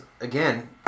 again